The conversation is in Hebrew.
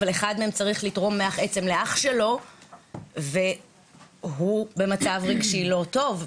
אבל אחד מהם צריך לתרום מח עצם לאח שלו והוא במצב רגשי לא טוב.